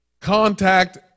contact